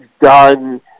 done